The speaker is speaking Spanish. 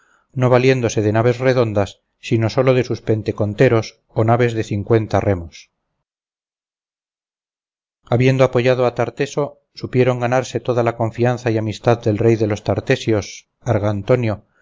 no valiéndose de naves redondas sino sólo de sus penteconteros o naves de cincuenta remos habiendo aportado a tarteso supieron ganarse toda la confianza y amistad del rey de los